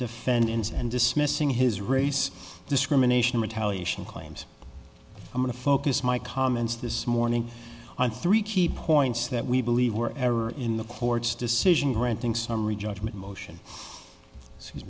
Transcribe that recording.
defendants and dismissing his race discrimination retaliation claims i'm going to focus my comments this morning on three key points that we believe were error in the court's decision granting summary judgment motion